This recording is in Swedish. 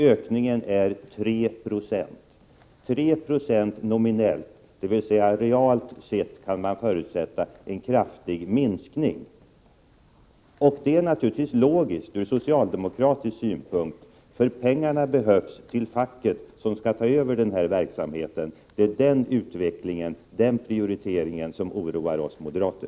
Ökningen är 3 20 nominellt. Realt sett kan man alltså förutsätta en kraftig minskning. Detta är naturligtvis logiskt från socialdemokratisk synpunkt, för pengarna behövs till facket som skall ta över den här verksamheten. Det är den utvecklingen, den prioriteringen, som oroar oss moderater.